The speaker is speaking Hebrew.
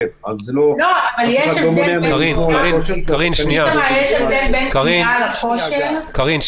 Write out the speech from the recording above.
אבל יש הבדל בין שמירה על כושר לבין היכולת להתאמן --- קארין,